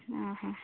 മസാല ദോശ ഒക്കെയോ